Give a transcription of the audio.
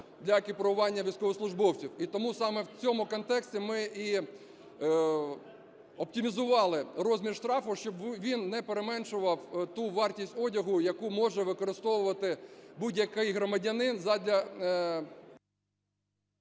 для екіпірування військовослужбовців. І тому саме в цьому контексті ми і оптимізували розмір штрафу, щоб він не переменшував ту вартість одягу, яку може використовувати будь-який громадянин задля…